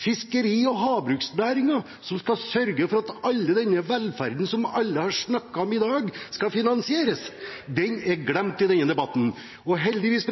fiskeri- og havbruksnæringen, som skal sørge for at all denne velferden som alle har snakket om i dag, skal finansieres. Den er glemt i denne debatten. Heldigvis